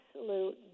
absolute